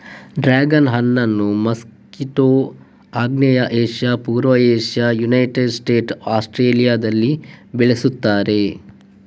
dragon ಹಣ್ಣನ್ನು Mexico, ಆಗ್ನೇಯ Asia, ಪೂರ್ವ ಏಷ್ಯಾ, ಯುನೈಟೆಡ್ ಸ್ಟೇಟ್ಸ್, ಆಸ್ಟ್ರೇಲಿಯಾದಲ್ಲಿ ಬೆಳೆಸುತ್ತಾರೆ